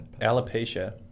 Alopecia